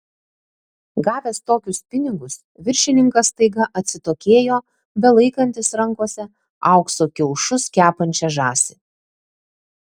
gavęs tokius pinigus viršininkas staiga atsitokėjo belaikantis rankose aukso kiaušus kepančią žąsį